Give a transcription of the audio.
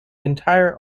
entire